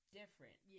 different